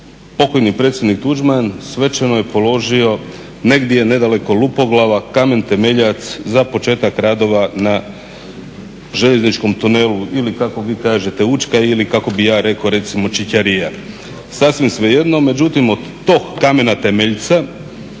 pokojni predsjednik Tuđman svečano je položio negdje nedaleko Lupoglava kamen temeljac za početak radova na željezničkom tunelu i kako vi kažete Učka ili kako bih ja rekao, recimo Ćićarija, sasvim svejedno. Međutim, od tog kamena temeljca